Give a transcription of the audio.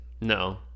no